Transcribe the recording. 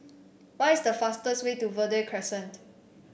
what is the fastest way to Verde Crescent